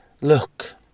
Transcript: Look